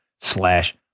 slash